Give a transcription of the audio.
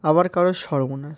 আবার কারো সর্বনাশ